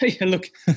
look